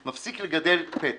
מפסיק לגדל פטם.